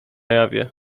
jawie